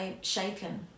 shaken